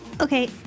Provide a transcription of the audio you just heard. Okay